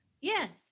yes